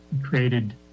created